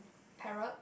parrot